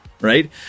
Right